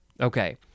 Okay